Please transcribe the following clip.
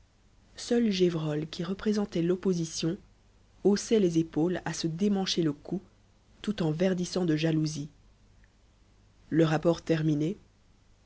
seul gévrol qui représentait l'opposition haussait les épaules à se démancher le cou tout en verdissant de jalousie le rapport terminé